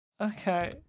Okay